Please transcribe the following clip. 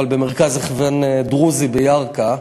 במרכז הכוון דרוזי בירכא.